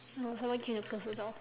no someone came to close the door